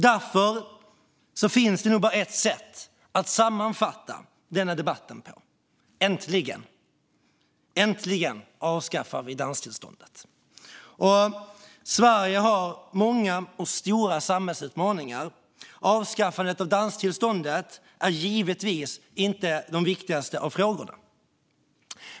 Därför finns det bara ett sätt att sammanfatta denna debatt på: äntligen! Äntligen avskaffar vi danstillståndet. Sverige har många och stora samhällsutmaningar. Avskaffandet av danstillståndet är givetvis inte den viktigaste av frågorna.